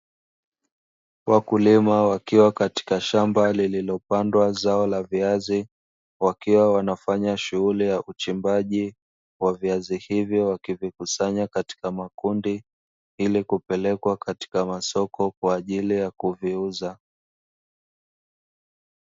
Wakulima wakiwa katika shamba lililopandwa zao la viazi wakiwa wanafanya shughuli ya uchimbaji wa viazi hivyo, wakivikusanya katika makundi ili kupelekwa katika masoko kwa ajili ya kuviuza.